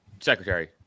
secretary